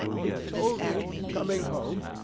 he told me, coming home,